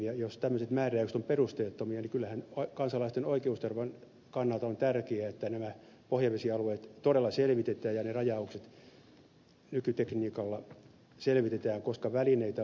ja jos tämmöiset määräykset ovat perusteettomia niin kyllähän kansalaisten oikeusturvan kannalta on tärkeää että nämä pohjavesialueet todella selvitetään ja ne rajaukset nykytekniikalla selvitetään koska välineitä on olemassa